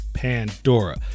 Pandora